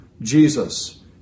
jesus